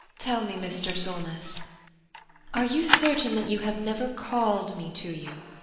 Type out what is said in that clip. tell me, mr. solness are you certain that you have never called me to you?